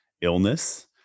illness